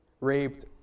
raped